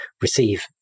receive